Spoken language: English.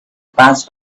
passed